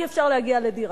אי-אפשר להגיע לדירה.